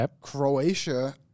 Croatia